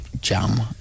jam